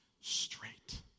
straight